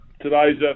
today's